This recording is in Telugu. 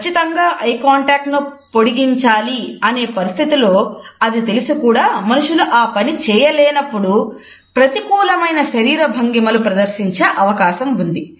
ఖచ్చితంగా ఐ కాంటాక్ట్ ను పొడిగించాలి అనే పరిస్థితులలో అది తెలిసి కూడా మనుషులు ఆ పని చేయలేనప్పుడు ప్రతికూలమైన శరీర భంగిమలు ప్రదర్శించే అవకాశం ఉంది